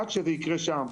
רק כאשר זה יקרה שם,